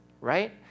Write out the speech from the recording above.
right